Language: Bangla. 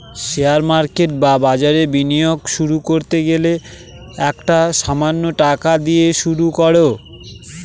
শেয়ার মার্কেট বা বাজারে বিনিয়োগ শুরু করতে গেলে একটা সামান্য টাকা দিয়ে শুরু করো